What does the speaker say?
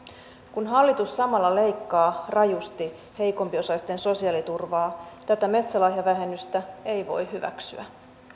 kun hallitus samalla leikkaa rajusti heikompiosaisten sosiaaliturvaa tätä metsälahjavähennystä ei voi hyväksyä